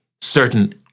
certain